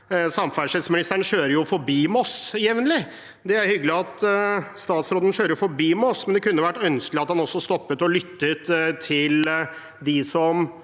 samferdselsministeren kjører jo forbi Moss jevnlig. Det er hyggelig at statsråden kjører forbi Moss, men det kunne vært ønskelig at han også stoppet og lyttet til dem som